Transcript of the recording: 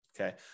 okay